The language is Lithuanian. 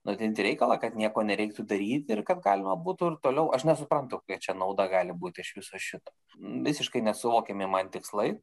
nutrinti reikalą kad nieko nereiktų daryt ir kad galima būtų ir toliau aš nesuprantu kokia čia nauda gali būti iš viso šito visiškai nesuvokiami man tikslai